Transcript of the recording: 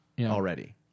already